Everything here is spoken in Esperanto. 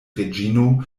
reĝino